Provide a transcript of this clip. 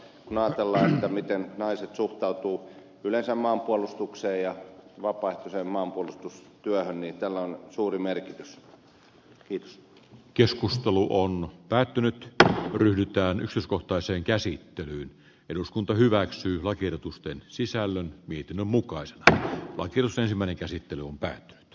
kun ajatellaan miten naiset suhtautuvat yleensä maanpuolustukseen ja vapaaehtoiseen maanpuolustustyöhön niin tällä on päätynyt tähän ryhdytään nyt usko toiseen käsittelyyn eduskunta hyväksyy lakiehdotusten sisällön vitinan mukaan tähän oikeus ensimmäinen käsittely umpeen e